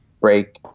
break